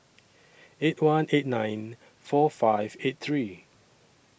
eight one eight nine four five eight three